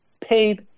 paid